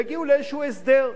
יגיעו לאיזה הסדר.